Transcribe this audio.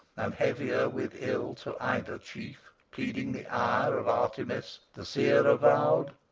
and heavier with ill to either chief, pleading the ire of artemis, the seer avowed,